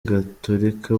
gatolika